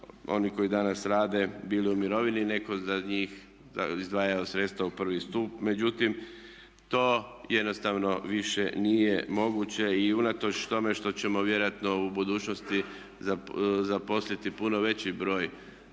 oni koji danas rade bili u mirovini, netko za njih izdvajao sredstva u prvi stup. Međutim to jednostavno više nije moguće i unatoč tome što ćemo vjerojatno u budućnosti zaposliti puno veći broj